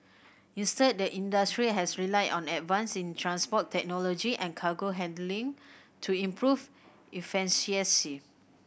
instead the industry has relied on advances in transport technology and cargo handling to improve